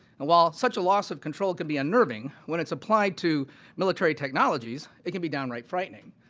and while such a loss of control can be unnerving when it is applied to military technologies it can be downright frightening.